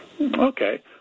Okay